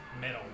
metal